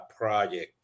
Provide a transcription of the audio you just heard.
project